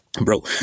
bro